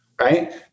Right